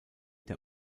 der